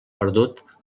perdut